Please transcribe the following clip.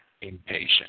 impatient